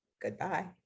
Goodbye